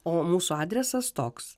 o mūsų adresas toks